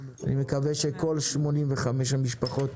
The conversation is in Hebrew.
אני מקווה שכל 85 המשפחות,